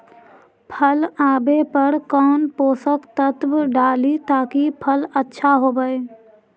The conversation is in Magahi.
फल आबे पर कौन पोषक तत्ब डाली ताकि फल आछा होबे?